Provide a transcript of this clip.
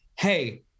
Hey